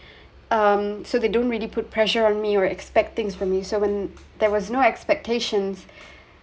um so they don't really put pressure on me or expect things for me so when there was no expectations